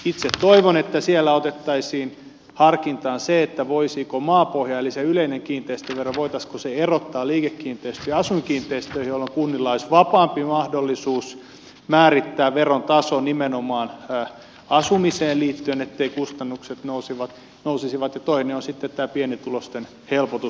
itse toivon että siellä otettaisiin harkintaan se voisiko maapohja eli se yleinen kiinteistövero voitaisiinko se erottaa liikekiinteistö ja asuinkiinteistöihin jolloin kunnilla olisi vapaampi mahdollisuus määrittää veron taso nimenomaan asumiseen liittyen etteivät kustannukset nousisi ja toinen on sitten tämä pienituloisten helpotus